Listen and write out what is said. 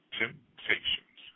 temptations